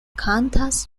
kantas